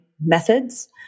methods